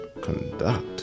Conduct